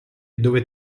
dove